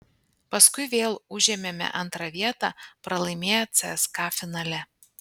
paskui vėl užėmėme antrą vietą pralaimėję cska finale